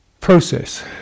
process